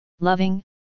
loving